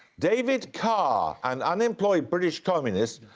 david carr, an unemployed british communist,